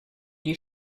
die